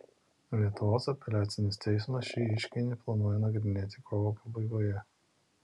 lietuvos apeliacinis teismas šį ieškinį planuoja nagrinėti kovo pabaigoje